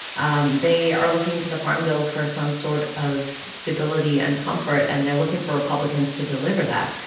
um they are looking to the farm bill for some sort of stability and comfort, and they're looking for republicans to deliver that.